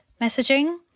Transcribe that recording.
messaging